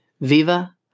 viva